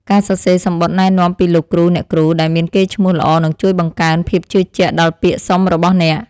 ការសរសេរសំបុត្រណែនាំពីលោកគ្រូអ្នកគ្រូដែលមានកេរ្តិ៍ឈ្មោះល្អនឹងជួយបង្កើនភាពជឿជាក់ដល់ពាក្យសុំរបស់អ្នក។